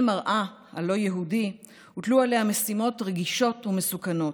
בשל מַרְאָהּ הלא-יהודי הוטלו עליה משימות רגישות ומסוכנות,